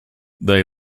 they